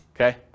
Okay